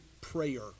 prayer